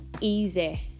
easy